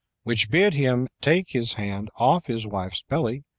which bid him take his hand off his wife's belly,